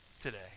today